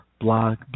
Blog